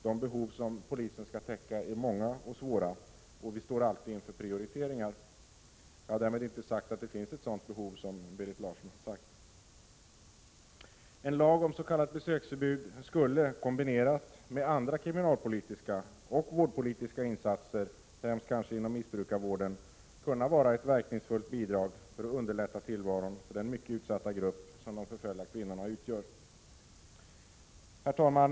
De behov som polisen skall täcka är många och svåra, och vi står alltid inför prioriteringar. Därmed har jag inte sagt att det finns ett sådant behov som det Berit Larsson nämnde. En lag om s.k. besöksförbud skulle, kombinerat med andra kriminalpolitiska och vårdpolitiska insatser, kanske främst inom missbrukarvården, kunna vara ett verkningsfullt bidrag för att underlätta tillvaron för den mycket utsatta grupp som de förföljda kvinnorna utgör. Herr talman!